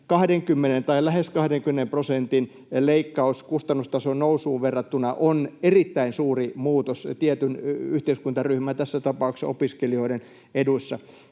20:n tai lähes 20 prosentin leikkaus kustannustason nousuun verrattuna on erittäin suuri muutos tietyn yhteiskuntaryhmän, tässä tapauksessa opiskelijoiden, eduissa.